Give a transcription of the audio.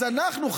אז אנחנו,